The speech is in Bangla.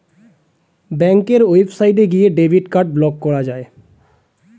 ব্যাঙ্কের ওয়েবসাইটে গিয়ে ডেবিট কার্ড ব্লক করা যায়